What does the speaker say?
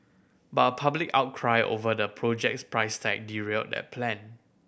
but a public outcry over the project's price tag derailed that plan